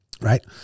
right